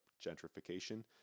gentrification